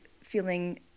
feeling